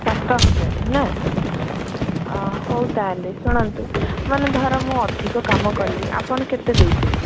ସାତ ହଜାରେ ନା ହଉ ତା' ହେଲେ ଶୁଣନ୍ତୁ ମାନେ ଧର ମୁଁ ଅଧିକ କାମ କଲି ଆପଣ କେତେ ଦେବେ